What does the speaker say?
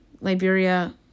Liberia